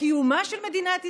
לקיומה של מדינת ישראל,